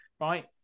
right